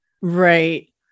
right